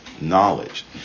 knowledge